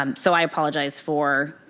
um so i apologize for